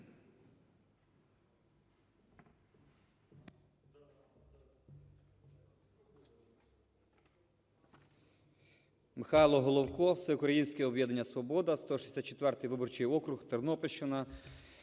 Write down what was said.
Михайло Головко, Всеукраїнське об'єднання "Свобода", 164 виборчий округ, Тернопільщина.